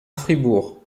fribourg